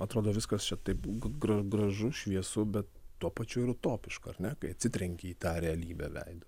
atrodo viskas čia taip gra gražu šviesu bet tuo pačiu ir utopiška ar ne kai atsitrenki į tą realybę veidu